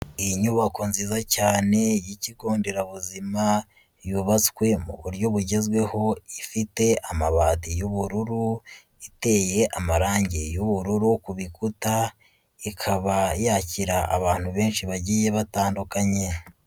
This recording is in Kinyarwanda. Inyubako nziza cyane y'ikigo nderabuzima, yubatswe mu buryo bugezweho, ifite amabati y'ubururu, iteye amarangi y'ubururu ku bikuta, ikaba yakira abantu benshi bagiye batandukanye.